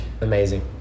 Amazing